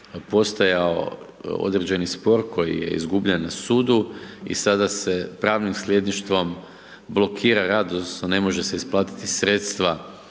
postojao određeni spor koji je izgubljen na sudu i sada se pravnim sljedništvom blokira rad odnosno ne može se isplatiti sredstva